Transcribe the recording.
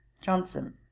Johnson